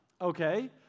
Okay